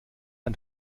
ein